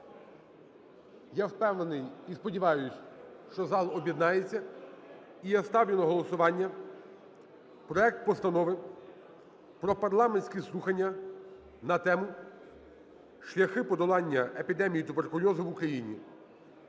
Я впевнений і сподіваюсь, що зал об'єднається. І я ставлю на голосування проект Постанови про парламентські слухання на тему "Шляхи подолання епідемії туберкульозу в Україні"